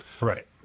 right